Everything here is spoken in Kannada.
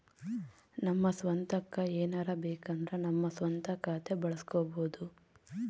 ನಮ್ಮ ಸ್ವಂತಕ್ಕ ಏನಾರಬೇಕಂದ್ರ ನಮ್ಮ ಸ್ವಂತ ಖಾತೆ ಬಳಸ್ಕೋಬೊದು